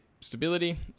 stability